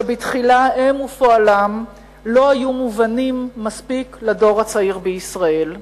שבתחילה הם ופועלם לא היו מובנים מספיק לדור הצעיר בישראל,